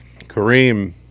Kareem